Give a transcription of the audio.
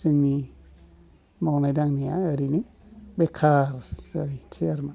जोंनि मावनाय दांनाया ओरैनो बेखार जाहैनोसै आरोमा